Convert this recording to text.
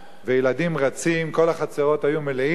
וילדים רצים, כל החצרות היו מלאות,